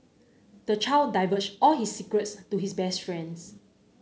the child divulged all his secrets to his best friend